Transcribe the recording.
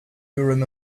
urim